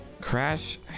Crash